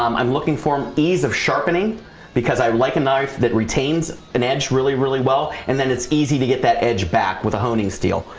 um i'm looking for ease of sharpening because i like a knife that retains an edge really really well and then it's easy to get that edge back with a honing steel.